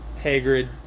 hagrid